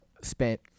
spent